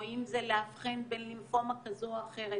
או אם זה לאבחן בין לימפומה כזו או אחרת,